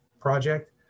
project